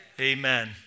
Amen